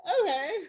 Okay